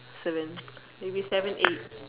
seven maybe seven eight